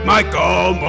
Michael